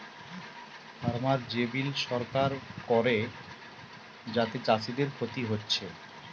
farmer যে bill সরকার করে যাতে চাষীদের ক্ষতি হচ্ছে